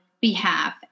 behalf